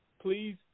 please